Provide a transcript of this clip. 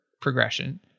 progression